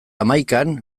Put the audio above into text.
hamaikan